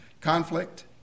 conflict